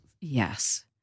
Yes